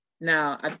now